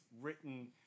written